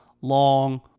long